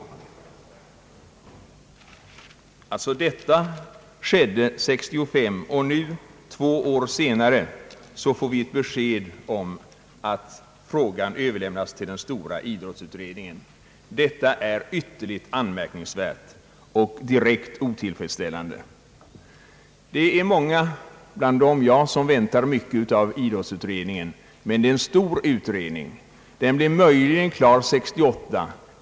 Detta skedde alltså 1965, och nu, två år senare, får vi ett besked att frågan överlämnats till den stora idrottsutredningen, Detta är ytterligt anmärkningsvärt och direkt otillfredsställande. Många och bland dem jag väntar mycket av idrottsutredningen, men det är en stor utredning. Den blir möjligen klar 1968.